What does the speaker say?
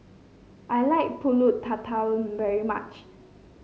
I like pulut tatal very much